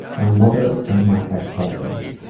my mother and my ex-husband.